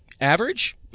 average